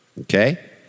Okay